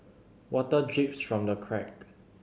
water drips from the crack